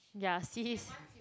ya since